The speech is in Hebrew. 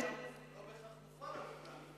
זה לא בהכרח מופעל על כולם.